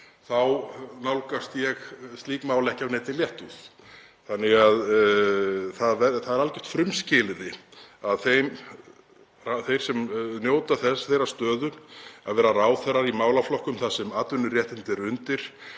nálgast slík mál ekki af neinni léttúð. Það er algjört frumskilyrði að þeir sem njóta þeirrar stöðu að vera ráðherrar í málaflokkum þar sem atvinnuréttindi eru undir